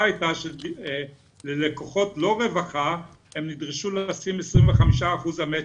הייתה שללקוחות לא רווחה הם נדרשו לשים 25% מצ'ינג.